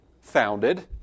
founded